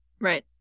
Right